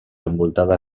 envoltada